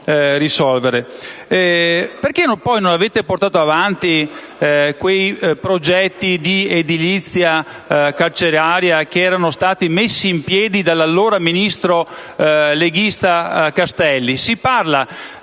tipo. Perché non avete portato avanti quei progetti di edilizia carceraria che erano stati messi in piedi dall'allora ministro leghista Castelli? Si parla